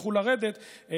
וימשיכו לרדת,